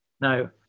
now